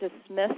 dismiss